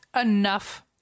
enough